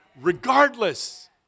regardless